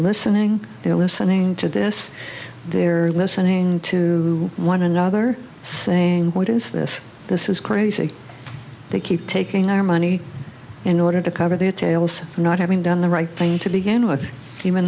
listening they're listening to this they're listening to one another saying what is this this is crazy they keep taking our money in order to cover their tails not having done the right thing to begin with even